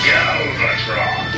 Galvatron